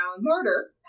murder